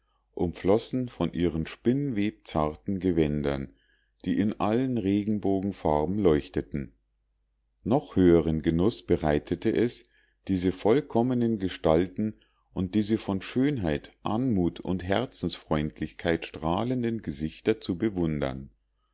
umflossen von ihren spinnwebzarten gewändern die in allen regenbogenfarben leuchteten noch höheren genuß bereitete es diese vollkommenen gestalten und diese von schönheit anmut und herzensfreundlichkeit strahlenden gesichter zu bewundern